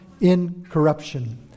incorruption